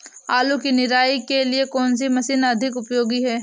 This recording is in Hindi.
आलू की निराई के लिए कौन सी मशीन अधिक उपयोगी है?